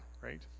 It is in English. right